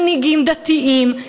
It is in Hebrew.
מנהיגים דתיים,